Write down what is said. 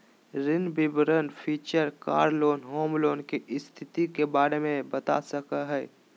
ऋण विवरण feature car loan, home loan, के स्थिति के बारे में बता सका हइ